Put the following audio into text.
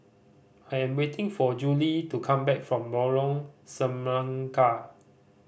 I am waiting for Juli to come back from Lorong Semangka